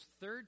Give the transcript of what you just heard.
third